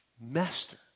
master